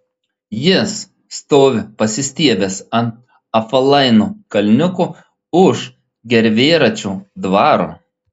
jis stovi pasistiebęs ant apvalaino kalniuko už gervėračio dvaro